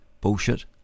bullshit